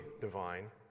divine